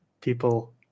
people